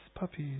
Puppies